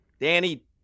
Danny